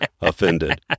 offended